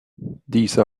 these